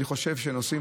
אני חושב שנוסעים